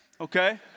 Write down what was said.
okay